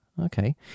Okay